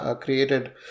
created